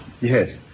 yes